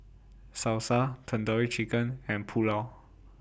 Salsa Tandoori Chicken and Pulao